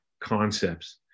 concepts